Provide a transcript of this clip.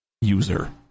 user